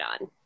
on